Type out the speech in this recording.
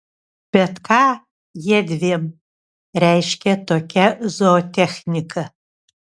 bet ką jiedviem reiškia tokia zootechnika